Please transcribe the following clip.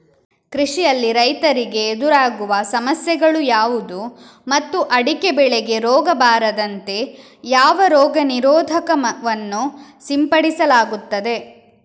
ಕೃಷಿಯಲ್ಲಿ ರೈತರಿಗೆ ಎದುರಾಗುವ ಸಮಸ್ಯೆಗಳು ಯಾವುದು ಮತ್ತು ಅಡಿಕೆ ಬೆಳೆಗೆ ರೋಗ ಬಾರದಂತೆ ಯಾವ ರೋಗ ನಿರೋಧಕ ವನ್ನು ಸಿಂಪಡಿಸಲಾಗುತ್ತದೆ?